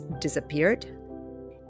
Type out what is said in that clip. disappeared